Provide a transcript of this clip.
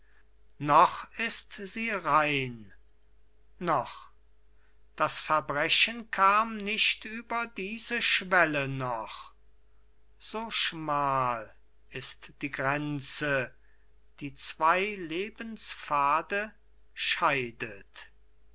noch ist sie rein noch das verbrechen kam nicht über diese schwelle noch so schmal ist die grenze die zwei lebenspfade scheidet